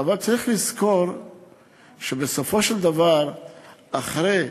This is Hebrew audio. צריך לזכור שבסופו של דבר מאחורי